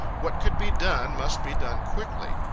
what could be done, must be done quickly.